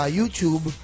YouTube